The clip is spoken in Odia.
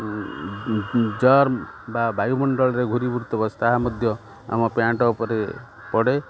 ଜର୍ମ ବା ବାୟୁମଣ୍ଡଳରେ ଘୁରି ବୁଲୁ ତାହା ମଧ୍ୟ ଆମ ପ୍ୟାଣ୍ଟ୍ ଉପରେ ପଡ଼େ